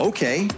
Okay